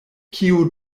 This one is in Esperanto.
kiu